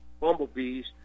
bumblebees